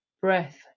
breath